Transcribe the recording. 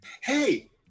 Hey